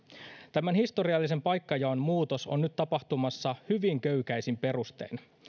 tämän historiallisen paikkajaon muutos on nyt tapahtumassa hyvin köykäisin perustein